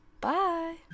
Bye